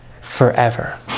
forever